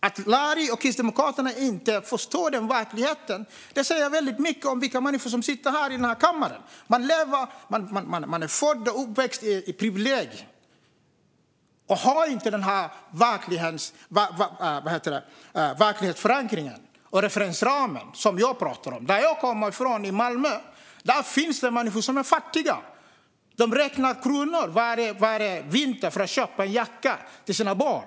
Att Larry Söder och Kristdemokraterna inte förstår den verkligheten säger väldigt mycket om vilka människor som sitter i den här kammaren. Man är född och uppväxt med privilegier och har inte den verklighetsförankring och den referensram som jag pratar om. I Malmö, som jag kommer från, finns det människor som är fattiga. De räknar kronor varje vinter för att kunna köpa en jacka till sina barn.